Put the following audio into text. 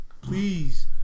please